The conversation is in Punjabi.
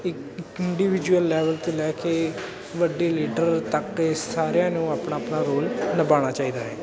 ਇੱਕ ਇੰਡੀਵਿਜੁਅਲ ਲੈਵਲ ਤੋਂ ਲੈ ਕੇ ਵੱਡੇ ਲੀਡਰ ਤੱਕ ਸਾਰਿਆਂ ਨੂੰ ਆਪਣਾ ਆਪਣਾ ਰੋਲ ਨਿਭਾਉਣਾ ਚਾਹੀਦਾ ਹੈ